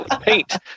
paint